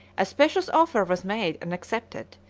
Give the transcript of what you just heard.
a specious offer was made and accepted,